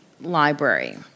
library